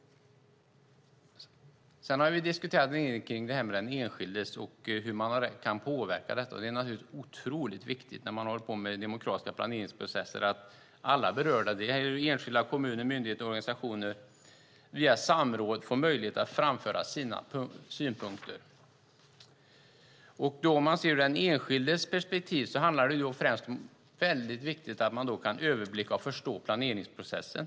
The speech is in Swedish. Vi har också diskuterat den enskildes rätt att påverka detta. När man håller på med demokratiska planeringsprocesser är det otroligt viktigt att alla berörda, enskilda, kommuner, myndigheter och organisationer, får möjlighet att framföra sina synpunkter via samråd. För den enskilde är det främst mycket viktigt att man kan överblicka och förstå planeringsprocessen.